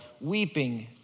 weeping